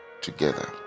together